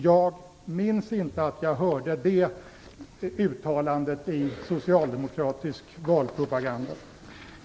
Jag minns inte att jag hörde det uttalandet i socialdemokratisk valpropaganda.